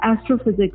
astrophysics